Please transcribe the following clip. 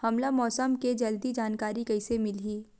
हमला मौसम के जल्दी जानकारी कइसे मिलही?